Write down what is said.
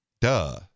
Duh